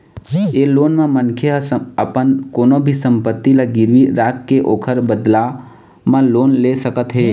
ए loan म मनखे ह अपन कोनो भी संपत्ति ल गिरवी राखके ओखर बदला म लोन ले सकत हे